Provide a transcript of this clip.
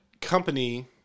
company